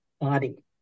body